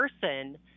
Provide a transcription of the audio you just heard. person